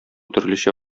төрлечә